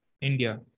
India